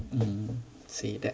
um say that